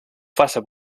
faça